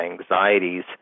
anxieties